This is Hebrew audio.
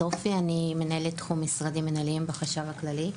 אני מנהלת תחום משרדים מינהליים בחשב הכללי.